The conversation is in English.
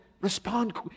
respond